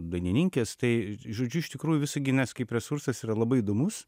dainininkės tai žodžiu iš tikrųjų visaginas kaip resursas yra labai įdomus